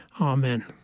Amen